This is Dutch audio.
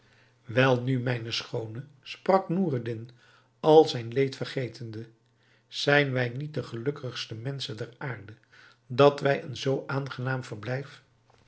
nu mijne schoone sprak noureddin al zijn leed vergetende zijn wij niet de gelukkigste menschen der aarde dat wij een zoo aangenaam verblijf